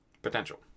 Potential